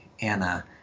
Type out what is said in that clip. Anna